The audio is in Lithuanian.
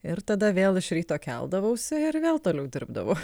ir tada vėl iš ryto keldavausi ir vėl toliau dirbdavau